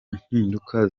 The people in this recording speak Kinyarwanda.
impinduka